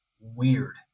weird